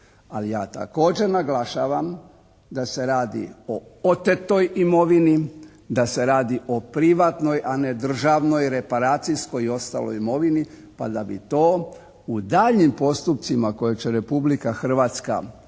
Ali ja također naglašavam da se radi o otetoj imovini, da se radi o privatnoj, a ne državnoj, reparacijskoj i ostaloj imovini pa da bi to u daljnjim postupcima koje će Republika Hrvatska